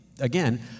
Again